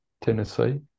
Tennessee